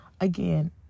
Again